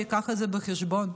שייקח את זה בחשבון.